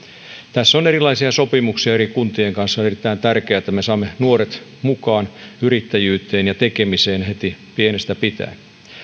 tässä on erilaisia sopimuksia eri kuntien kanssa on erittäin tärkeää että me saamme nuoret mukaan yrittäjyyteen ja tekemiseen heti pienestä pitäen